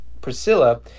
Priscilla